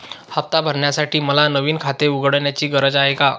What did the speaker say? हफ्ता भरण्यासाठी मला नवीन खाते उघडण्याची गरज आहे का?